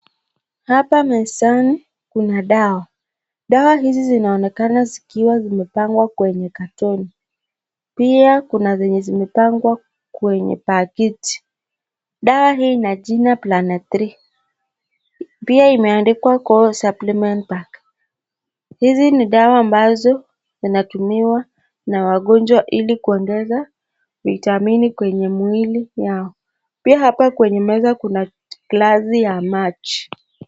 Hapa mezani ni dawa hizi dawa zinaonekana zikiwa zimepangwa kwenye katoni pia kuna zenye zimepangwa kwenye pakiti dawa hi Ina jina planet three pia imeandikwa kuwa supplement bag hizi ni dawa ambazo inatumiwa na wagonjwa hili kuongeza vitamini kwenye mwili yao pia hapa kwenye meza Kuna glazi ya maji.